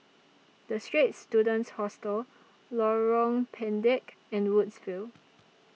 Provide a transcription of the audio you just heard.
The Straits Students Hostel Lorong Pendek and Woodsville